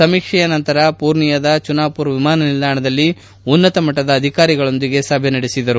ಸಮೀಕ್ಷೆಯ ನಂತರ ಪೂರ್ನಿಯಾದ ಚುನಾಪುರ್ ವಿಮಾನ ನಿಲ್ಲಾಣದಲ್ಲಿ ಉನ್ನತ ಮಟ್ಟದ ಅಧಿಕಾರಿಗಳೊಂದಿಗೆ ಸಭೆ ನಡೆಸಿದರು